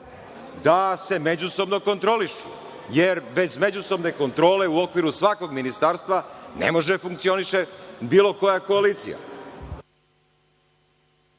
da se međusobno kontrolišu. Jer, bez međusobne kontrole u okviru svakog ministarstva ne može da funkcioniše bilo koja koalicija.